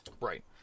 right